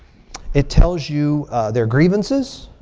it tells you their grievances.